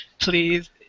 please